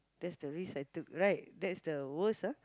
that's the risk I took right that's the worst ah